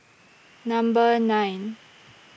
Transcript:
Number nine